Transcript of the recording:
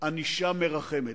ענישה מרחמת.